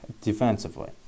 defensively